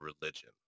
religion